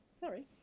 sorry